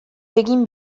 egin